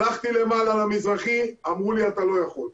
הלכתי למעלה למזרחי, אמרו לי, אתה לא יכול.